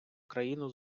країну